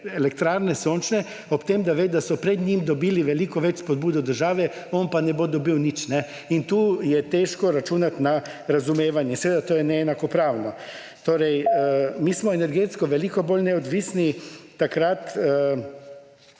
elektrarne sončne ob tem, da ve, da so pred njim dobili veliko več spodbud od države, on pa ne bo dobil nič. Tu je težko računati na razumevanje. Seveda to je neenakopravno. Torej, mi smo energetsko veliko bolj neodvisni takrat,